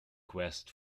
quest